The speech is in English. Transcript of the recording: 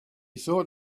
thought